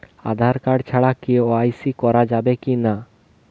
Aadhaar card ছাড়া KYC করা যাবে কি না?